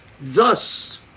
thus